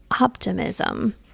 optimism